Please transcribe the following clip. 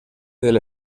del